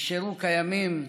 נשארו קיימים.